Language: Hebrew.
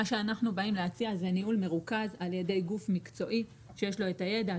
מה שאנחנו באים להציע זה ניהול מרוכז על ידי גוף מקצועי שיש לו את הידע,